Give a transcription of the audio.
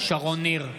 שרון ניר,